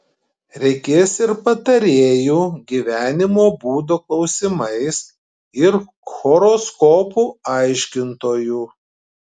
reikės ir patarėjų gyvenimo būdo klausimais ir horoskopų aiškintojų